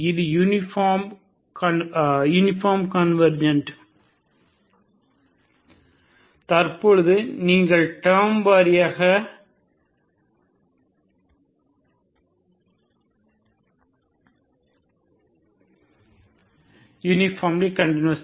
இது uniformly continuous